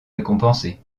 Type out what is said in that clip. récompenser